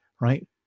Right